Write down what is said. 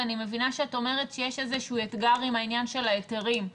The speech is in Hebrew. אני מבינה שאת אומרת שיש איזשהו אתגר עם העניין של ההיטלים.